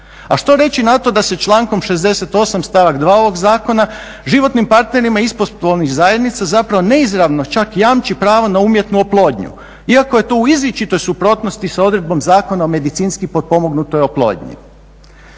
A što reći na to da se člankom 68. stavak 2. ovog zakona životnim partnerima istospolnih zajednica zapravo neizravno čak jamči pravo na umjetnu oplodnju iako je to u izričitoj suprotnosti sa odredbom Zakona o medicinski potpomognutoj oplodnji.